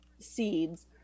seeds